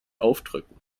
aufdrücken